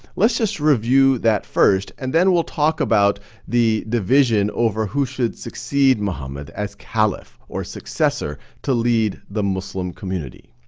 let's just review that first and then we'll talk about the division over who should succeed muhammad as caliph or successor to lead the muslim community.